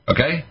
Okay